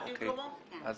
את במקומו?